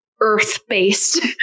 Earth-based